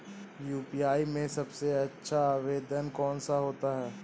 UPI में सबसे अच्छा आवेदन कौन सा होता है?